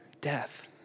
death